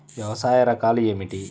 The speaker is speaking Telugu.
వ్యవసాయ రకాలు ఏమిటి?